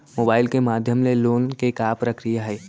Mobile के माधयम ले लोन के का प्रक्रिया हे?